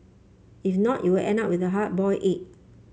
if not you will end up with the hard boiled egg